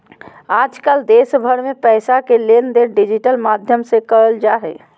आजकल देश भर मे पैसा के लेनदेन डिजिटल माध्यम से करल जा हय